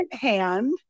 hand